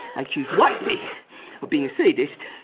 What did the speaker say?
i accuse whitely of being a sadist.